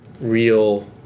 real